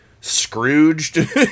Scrooged